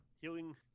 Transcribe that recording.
healing